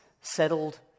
settled